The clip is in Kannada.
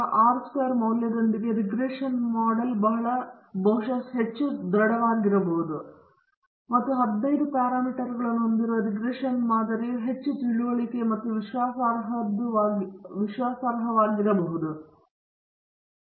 84 ರ ಆರ್ ಸ್ಕ್ವೇರ್ ಮೌಲ್ಯದೊಂದಿಗೆ ರಿಗ್ರೆಷನ್ ಮಾಡೆಲ್ ಬಹುಶಃ ಹೆಚ್ಚು ದೃಢವಾದದ್ದು ಮತ್ತು 15 ಪ್ಯಾರಾಮೀಟರ್ಗಳನ್ನು ಹೊಂದಿರುವ ರಿಗ್ರೆಷನ್ ಮಾದರಿಯು ಹೆಚ್ಚು ತಿಳಿವಳಿಕೆ ಮತ್ತು ವಿಶ್ವಾಸಾರ್ಹವಾಗಿರಬಹುದು ಮತ್ತು ನಂತರ ಇದು ಆರ್ ರ ವರ್ಗ ಮೌಲ್ಯ 1 ಆಗಿರುತ್ತದೆ